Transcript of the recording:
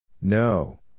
No